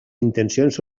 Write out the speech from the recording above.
intencions